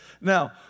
Now